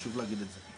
חשוב להגיד את זה.